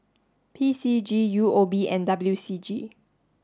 P C G U O B and W C G